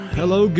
hello